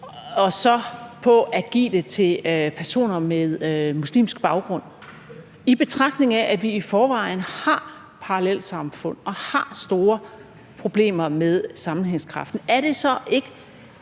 og så på at give det til personer med muslimsk baggrund? I betragtning af at vi i forvejen har parallelsamfund og har store problemer med sammenhængskraften, er det så ikke